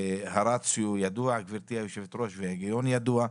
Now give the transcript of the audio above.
והרציו ידוע וההיגיון ידוע,